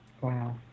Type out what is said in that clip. Wow